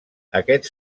aquests